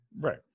Right